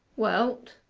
well,